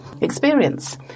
experience